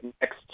next